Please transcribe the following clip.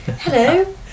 Hello